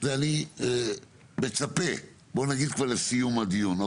אני מצפה כבר לסיום הדיון.